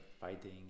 fighting